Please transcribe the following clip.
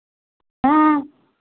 हाँ